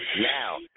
Now